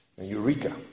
Eureka